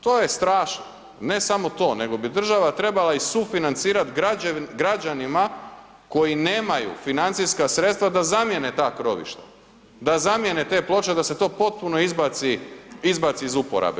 To je strašno, ne samo to, nego bi država trebala i sufinancirat građanima koji nemaju financijska sredstva da zamjene ta krovišta, da zamjene te ploče, da se to potpuno izbaci iz uporabe.